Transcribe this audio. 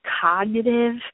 cognitive